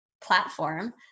platform